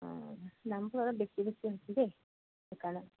অঁ দামটো অলপ বেছি বেছি হৈছে দেই সেইকাৰণে